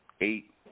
eight